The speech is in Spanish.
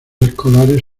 escolares